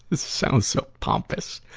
sounds so pompous.